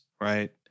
right